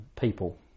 people